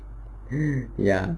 ya